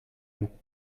mañ